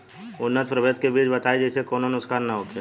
उन्नत प्रभेद के बीज बताई जेसे कौनो नुकसान न होखे?